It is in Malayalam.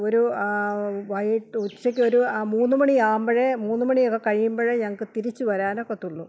ഒരു വൈകിയിട്ട് ഉച്ചക്കൊരു മൂന്ന് മണി ആകുമ്പോഴേ മൂന്ന് മണി ഒക്കെ കഴിയുമ്പോഴേ ഞങ്ങൾക്ക് തിരിച്ചു വരാനൊക്കത്തുള്ളു